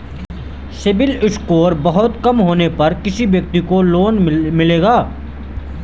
CIBIL score बहुत कम होने पर क्या किसी व्यक्ति को लोंन मिलेगा?